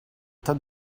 tas